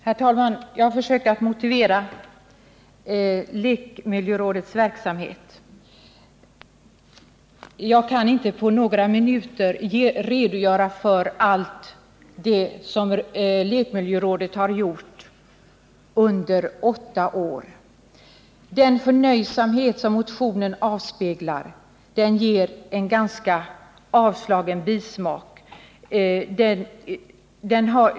Herr talman! Jag har försökt motivera lekmiljörådets verksamhet. Jag kan inte på några minuter redogöra för allt det som lekmiljörådet har gjort under åtta år. Den förnöjsamhet som motionen avspeglar ger en ganska avslagen bismak.